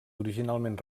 originalment